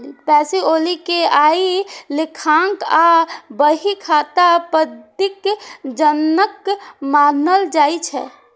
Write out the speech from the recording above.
Pacioli कें आइ लेखांकन आ बही खाता पद्धतिक जनक मानल जाइ छै